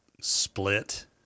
split